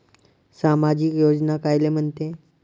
सामाजिक योजना कायले म्हंते?